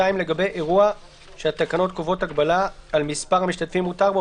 (2)לגבי אירוע שהתקנות קובעות הגבלה על מספר המשתתפים המותר בו,